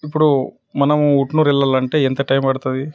ఇప్పుడు మనము ఉట్నూరు వెళ్ళాలంటే ఎంత టైం పడుతుంది